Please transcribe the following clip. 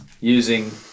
using